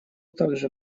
также